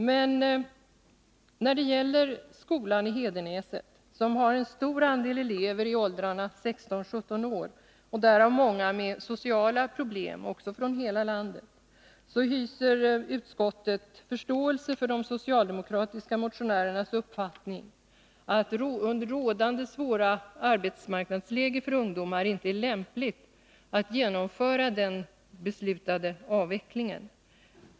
Men när det gäller skolan i Hedenäset, som har en stor andel elever i åldrarna 16-17 år från hela landet, därav många med sociala problem, hyser utskottet förståelse för de socialdemokratiska motionärernas uppfattning att det under rådande svåra arbetsmarknadsläge för ungdomar inte är lämpligt att genomföra den beslutade avvecklingen.